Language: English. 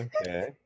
Okay